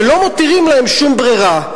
ולא מותירים להם שום ברירה.